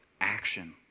action